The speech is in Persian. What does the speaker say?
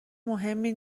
مهمی